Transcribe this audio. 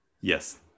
Yes